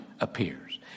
Appears